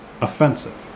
Offensive